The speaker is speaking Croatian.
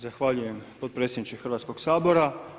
Zahvaljujem potpredsjedniče Hrvatskog sabora.